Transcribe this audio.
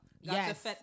yes